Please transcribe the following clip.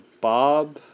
Bob